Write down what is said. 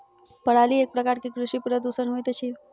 पराली एक प्रकार के कृषि प्रदूषण होइत अछि